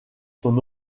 son